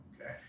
Okay